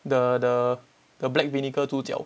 the the black vinegar 猪脚